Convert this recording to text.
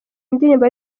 indirimbo